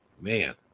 man